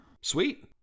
Sweet